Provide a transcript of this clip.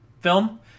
film